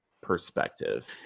perspective